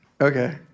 Okay